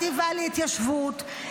החטיבה להתיישבות,